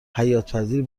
حیاتپذیر